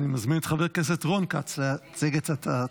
אני מזמין את חבר הכנסת רון כץ להציג את הצעת החוק.